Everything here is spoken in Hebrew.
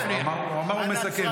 לא, הוא אמר שהוא מסכם.